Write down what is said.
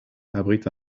abrite